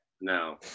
No